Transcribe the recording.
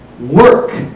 work